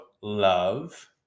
love